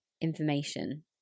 information